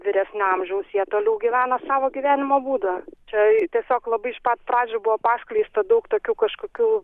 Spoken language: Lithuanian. vyresnio amžiaus jie toliau gyvena savo gyvenimo būdą čia tiesiog labai iš pat pradžių buvo paskleista daug tokių kažkokių